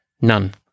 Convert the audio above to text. none